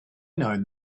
known